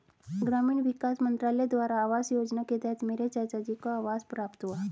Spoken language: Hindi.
ग्रामीण विकास मंत्रालय द्वारा आवास योजना के तहत मेरे चाचाजी को आवास प्राप्त हुआ